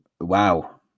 Wow